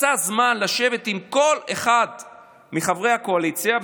מצא זמן לשבת עם כל אחד מחברי הקואליציה,